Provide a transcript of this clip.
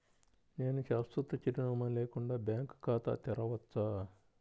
నేను శాశ్వత చిరునామా లేకుండా బ్యాంక్ ఖాతా తెరవచ్చా?